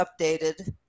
updated